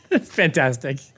Fantastic